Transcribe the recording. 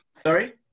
Sorry